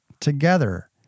together